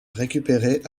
récupéré